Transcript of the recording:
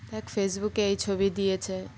দেখ ফেসবুকে এই ছবি দিয়েছে